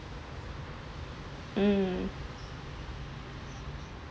mm